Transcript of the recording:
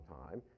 time